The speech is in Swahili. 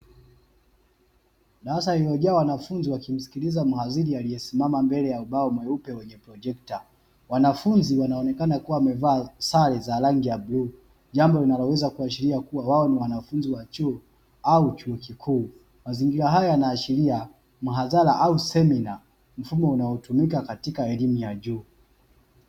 Darasa limejaa wanafunzi wakimsikiliza mhandhiri aliyesimama mbele ya ubao mweupe wenye projekta, wanafunzi wanaonekana kuwa wamevaa sare za rangi ya bluu, jambo linaloweza kuashiria kuwa wao ni wanafunzi wa chuo au chuo kikuu, mazingira haya yanaashiria mhadhara au semina mfumo unaotumika katika elimu ya juu.